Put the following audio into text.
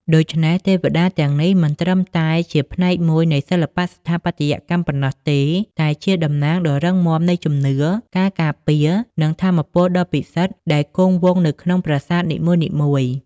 ដូច្នេះ ទេវតាទាំងនេះមិនត្រឹមតែជាផ្នែកមួយនៃសិល្បៈស្ថាបត្យកម្មប៉ុណ្ណោះទេ តែជាតំណាងដ៏រឹងមាំនៃជំនឿ ការការពារ និងថាមពលដ៏ពិសិដ្ឋដែលគង់វង្សនៅក្នុងប្រាសាទនីមួយៗ។